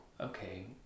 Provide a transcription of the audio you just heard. okay